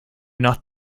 not